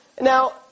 Now